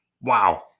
Wow